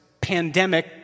pandemic